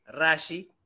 Rashi